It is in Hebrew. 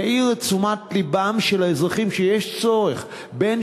יביאו לתשומת לבם של האזרחים שיש צורך בין